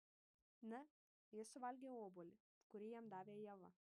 na jis suvalgė obuolį kurį jam davė ieva